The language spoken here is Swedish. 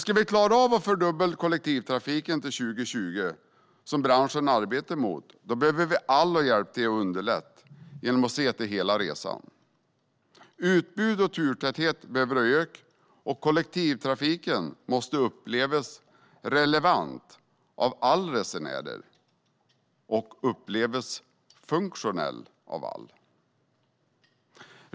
Ska vi klara av att fördubbla kollektivtrafiken till 2020, som branschen arbetar för, behöver vi alla hjälpa till att underlätta genom att se till hela resan. Utbud och turtäthet behöver öka, och kollektivtrafiken måste upplevas relevant och funktionell av alla resenärer.